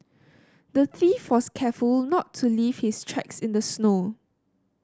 the thief was careful to not leave his tracks in the snow